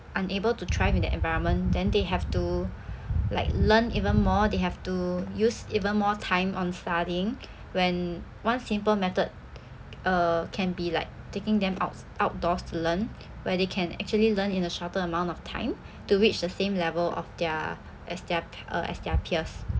unable to thrive in the environment then they have to like learn even more they have to use even more time on studying when one simple method uh can be like taking them out outdoors to learn where they can actually learn in a shorter amount of time to reach the same level of their as their uh as their peers